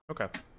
okay